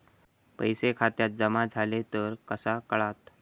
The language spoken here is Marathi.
पैसे खात्यात जमा झाले तर कसा कळता?